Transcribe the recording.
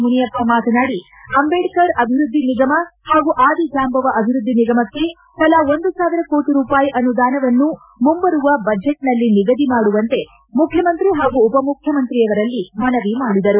ಮುನಿಯಪ್ಪ ಮಾತನಾಡಿ ಅಂದೇಡ್ಕರ್ ಅಭಿವೃದ್ಧಿ ನಿಗಮ ಹಾಗೂ ಆದಿ ಜಾಂಬವ ಅಭಿವೃದ್ಧಿ ನಿಗಮಕ್ಕೆ ತಲಾ ಒಂದು ಸಾವಿರ ಕೋಟ ರೂಪಾಯಿ ಅನುದಾನವನ್ನು ಮುಂಬರುವ ಬಜೆಟ್ನಲ್ಲಿ ನಿಗದಿ ಮಾಡುವಂತೆ ಮುಖ್ಯಮಂತ್ರಿ ಹಾಗೂ ಉಪಮುಖ್ಯಮಂತ್ರಿಯವರಲ್ಲಿ ಮನವಿ ಮಾಡಿದರು